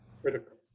critical